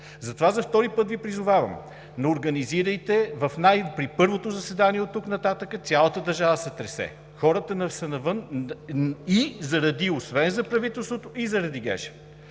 Затова за втори път Ви призовавам: организирайте при първото заседание оттук нататък – цялата държава се тресе, хората са навън освен за правителството и заради